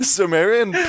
Sumerian